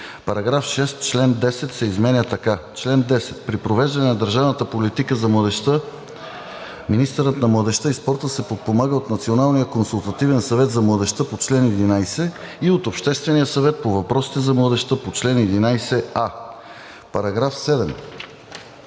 § 6: „§ 6. Член 10 се изменя така: „Чл. 10. При провеждане на държавната политика за младежта министърът на младежта и спорта се подпомага от Националния консултативен съвет за младежта по чл. 11 и от Обществения съвет по въпросите за младежта по чл. 11а.“ По § 7